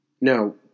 No